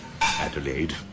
Adelaide